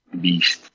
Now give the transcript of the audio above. Beast